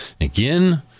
again